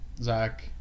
Zach